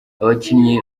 abakinnyi